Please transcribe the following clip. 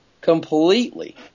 completely